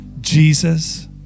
Jesus